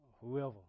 whoever